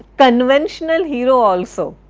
conventional hero also,